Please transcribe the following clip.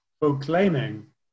proclaiming